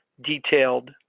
detailed